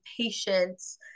patience